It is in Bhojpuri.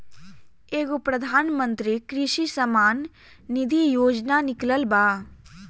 एगो प्रधानमंत्री कृषि सम्मान निधी योजना निकलल बा